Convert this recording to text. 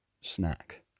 snack